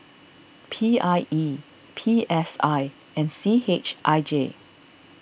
P I E P S I and C H I J